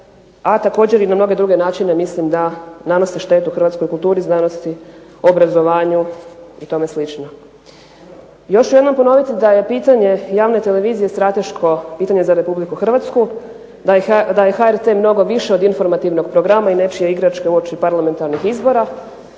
a također i na mnoge druge načine nanose štetu hrvatskoj kulturi, znanosti, obrazovanju i tome slično. Još ću jednom ponoviti da je pitanje javne televizije strateško pitanje za RH, da je HRT mnogo više od informativnog programa i nečija igračka uoči parlamentarnih izbora